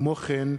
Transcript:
כמו כן,